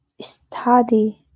study